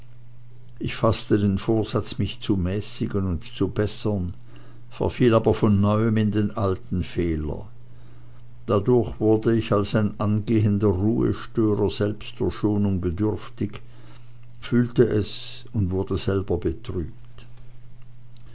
ich faßte den vorsatz mich zu mäßigen und zu bessern verfiel aber von neuem in den alten fehler dadurch wurde ich als ein angehender ruhestörer selbst der schonung bedürftig fühlte es und wurde selber betrübt